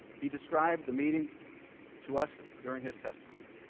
he described the meeting to us during his testimony.